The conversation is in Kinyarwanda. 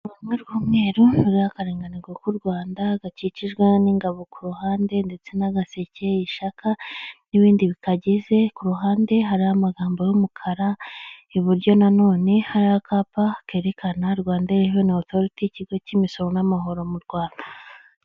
Urupapuro rw'umweru ruriho akarangantego k'u Rwanda gakikijweho n'ingabo ku ruhande ndetse n'agaseke, ishaka n'ibindi bikagize, ku ruhande hari amagambo y'umukara, iburyo na none hari akapa kerekana Rwanda reveni otoriti ikigo k'imisoro n'amahoro mu Rwanda.